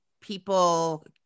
people